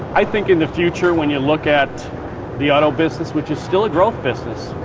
i think in the future when you look at the auto business, which is still a growth business,